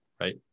right